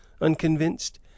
unconvinced